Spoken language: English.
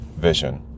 vision